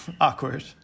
awkward